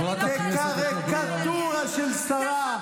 כקריקטורה של שרה.